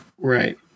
right